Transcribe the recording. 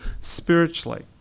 spiritually